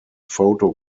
photo